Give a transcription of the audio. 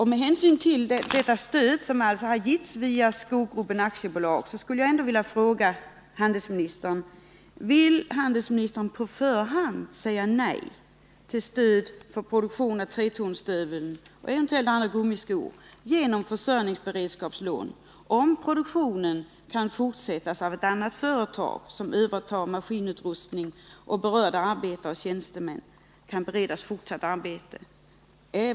Med anledning av det stöd som har givits via Skogruppen AB skulle jag vilja fråga handelsministern: Vill handelsministern på förhand säga nej till stöd för produktion av Tretornstövlar och eventuellt andra gummiskor genom försörjningsberedskapslån, om produktionen kan fortsättas av ett annat företag som övertar maskinutrustningen och om berörda arbetare och tjänstemän på så sätt kan beredas fortsatt arbete?